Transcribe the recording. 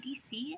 CDC